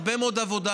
הרבה מאוד עבודה,